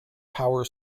power